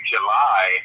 July